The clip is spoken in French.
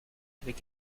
avec